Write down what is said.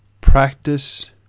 Practice